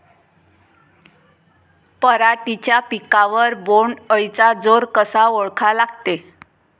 पराटीच्या पिकावर बोण्ड अळीचा जोर कसा ओळखा लागते?